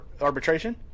arbitration